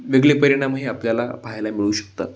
वेगळे परिणाम हे आपल्याला पाहायला मिळू शकतात